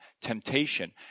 temptation